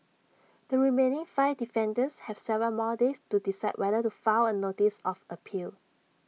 the remaining five defendants have Seven more days to decide whether to file A notice of appeal